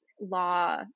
law